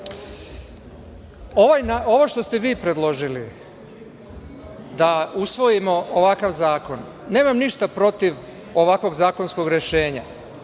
što ste vi predložili, da usvojimo ovakav zakon, nemam ništa protiv ovakvog zakonskog rešenja,